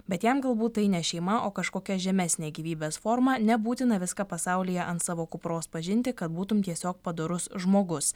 bet jam galbūt tai ne šeima o kažkokia žemesnė gyvybės forma nebūtina viską pasaulyje ant savo kupros pažinti kad būtum tiesiog padorus žmogus